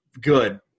good